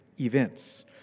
events